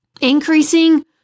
increasing